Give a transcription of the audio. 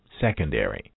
secondary